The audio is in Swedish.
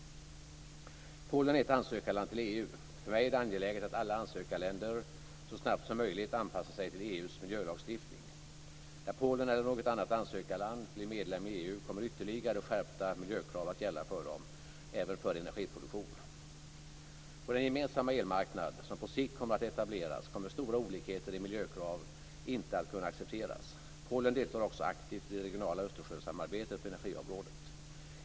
Polen är ett ansökarland till EU. För mig är det angeläget att alla ansökarländer så snabbt som möjligt anpassar sig till EU:s miljölagstiftning. När Polen eller något annat ansökarland blir medlem i EU kommer ytterligare skärpta miljökrav att gälla för dem, även för energiproduktion. På den gemensamma elmarknad som på sikt kommer att etableras kommer stora olikheter i miljökrav inte att kunna accepteras. Polen deltar också aktivt i det regionala Östersjösamarbetet på energiområdet.